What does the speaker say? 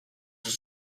were